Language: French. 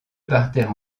parterres